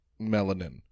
melanin